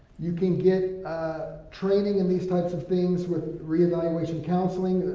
you can get ah training in these types of things with reevaluation counseling,